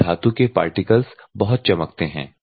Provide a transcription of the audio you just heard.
ये धातु के पार्टिकल्स बहुत चमकते हैं